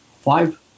five